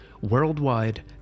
Worldwide